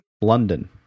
london